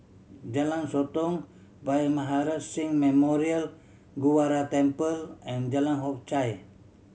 Jalan Sotong Bhai Maharaj Singh Memorial Gurdwara Temple and Jalan Hock Chye